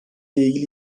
ilgili